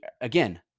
again